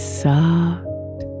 soft